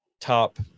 top